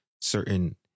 certain